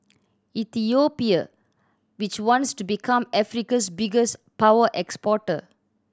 Ethiopia which wants to become Africa's biggest power exporter